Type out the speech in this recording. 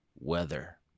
weather